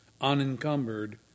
unencumbered